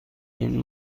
این